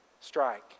strike